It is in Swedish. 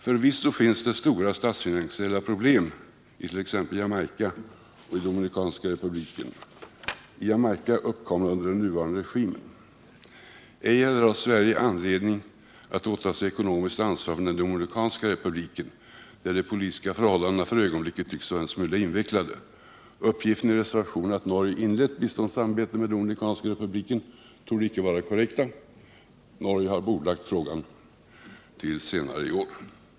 Förvisso finns det stora statsfinansiella problem i t.ex. Jamaica och Dominikanska republiken, i Jamaica uppkomna under den nuvarande regimen. Ej heller har Sverige anledning att åta sig ekonomiskt ansvar för den Dominikanska republiken, där de politiska förhållandena för ögonblicket tycks vara en smula invecklade. Uppgiften i reservationen att Norge inlett biståndssamarbete med Dominikanska republiken torde icke vara korrekt. Norge har bordlagt frågan till senare i år.